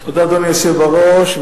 אדוני היושב בראש,